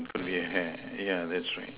hair yeah yeah that's right